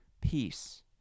peace